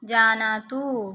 जानातु